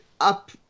up